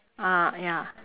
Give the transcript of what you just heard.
ah ya